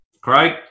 Craig